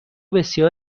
بسیار